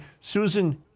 Susan